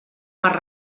per